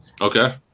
Okay